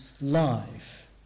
Life